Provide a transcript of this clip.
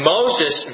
Moses